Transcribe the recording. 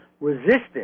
resistance